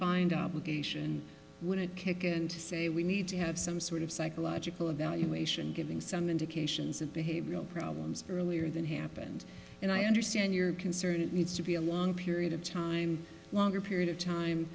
find obligation when a kick in to say we need to have some sort of psychological evaluation giving some indications of behavioral problems earlier than happened and i understand your concern it needs to be a long period of time longer period of time